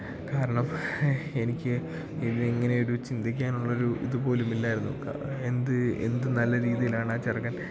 കാരണം എനിക്ക് ഇന്ന് ഇങ്ങനെ ഒരു ചിന്തിക്കാനുള്ള ഒരു ഇതു പോലും ഇല്ലായിരുന്നു എന്തു നല്ല രീതിയിൽ ആണ് ആ ചെറുക്കൻ